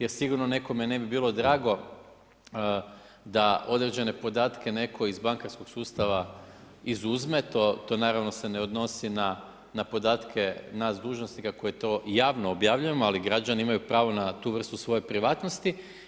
Jer sigurno nekom ne bi bilo drago da određene podatke, netko iz bankarskog sustava izuzme, to naravno se ne odnosi na podatke naš dužnosnika, koji to javno objavljujemo, ali građani imaju pravo na tu vrstu svoje privatnosti.